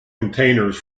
containers